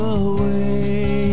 away